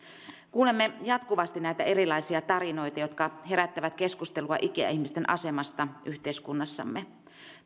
kuulemme jatkuvasti näitä erilaisia tarinoita jotka herättävät keskustelua ikäihmisten asemasta yhteiskunnassamme